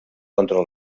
contra